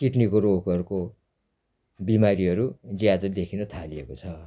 किडनीको रोगहरूको बिमारीहरू ज्यादा देखिन थालिएको छ